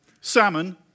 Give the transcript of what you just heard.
Salmon